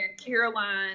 Caroline